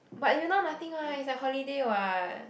but you now nothing what is like holiday what